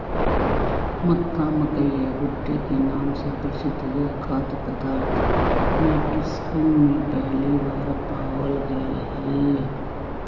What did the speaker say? मक्का, मकई या भुट्टे के नाम से प्रसिद्ध यह खाद्य पदार्थ मेक्सिको में पहली बार पावाल गयले हल